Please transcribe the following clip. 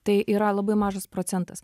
tai yra labai mažas procentas